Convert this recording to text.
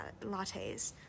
lattes